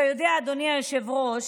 אתה יודע, אדוני היושב-ראש,